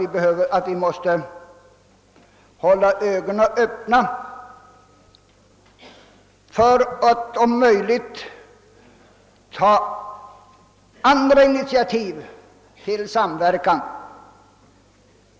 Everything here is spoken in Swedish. Det betyder att vi måste hålla ögonen öppna för att om möjligt ta andra initiativ till samverkan.